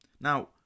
Now